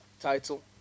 title